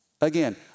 Again